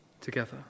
together